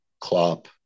Klopp